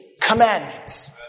commandments